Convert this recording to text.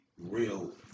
real